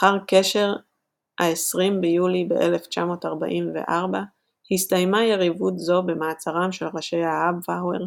לאחר קשר העשרים ביולי ב-1944 הסתיימה יריבות זו במעצרם של ראשי האבווהר